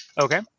okay